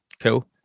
Cool